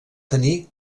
tenir